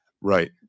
Right